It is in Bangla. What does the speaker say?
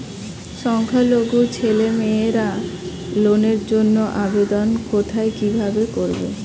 সংখ্যালঘু ছেলেমেয়েরা লোনের জন্য আবেদন কোথায় কিভাবে করবে?